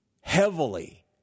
heavily